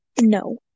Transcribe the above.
No